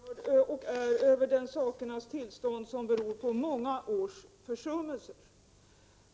Herr talman! Jag var och är upprörd över det sakernas tillstånd som beror på många försummelser.